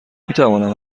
میتوانم